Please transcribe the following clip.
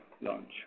launch